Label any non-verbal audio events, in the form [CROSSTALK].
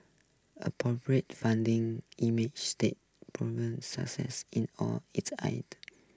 a [UNINTELLIGIBLE] founding [UNINTELLIGIBLE] in all its [UNINTELLIGIBLE]